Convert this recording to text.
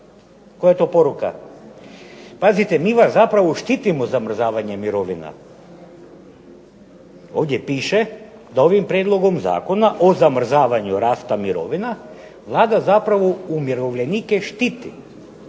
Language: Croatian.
Koja je to poruka? Pazite sada, mi vas zapravo štitimo zamrzavanjem mirovina, ovdje piše da ovim prijedlogom zakona o zamrzavanju rasta mirovina, Vlada zapravo umirovljenike štiti,